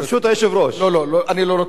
אדוני, אני לא נותן רשות כזו.